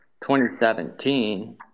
2017